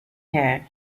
her